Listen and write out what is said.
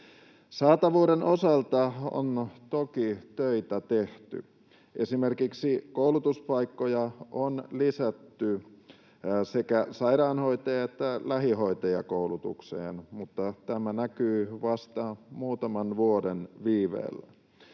Saatavuuden osalta on toki töitä tehty. Esimerkiksi koulutuspaikkoja on lisätty sekä sairaanhoitaja‑ että lähihoitajakoulutukseen, mutta tämä näkyy vasta muutaman vuoden viiveellä.